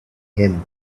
him